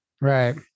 right